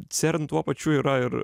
cern tuo pačiu yra ir